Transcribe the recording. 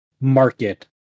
market